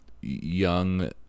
young